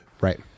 Right